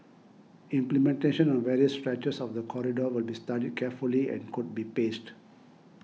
implementation on various stretches of the corridor will be studied carefully and could be paced